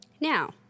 Now